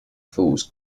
fools